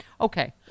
Okay